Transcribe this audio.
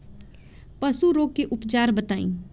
पशु रोग के उपचार बताई?